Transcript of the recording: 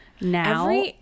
now